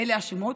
אלה השמות,